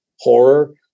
horror